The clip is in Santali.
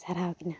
ᱥᱟᱨᱦᱟᱣ ᱠᱤᱱᱟ